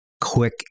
quick